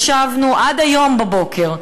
ישבנו עד היום בבוקר,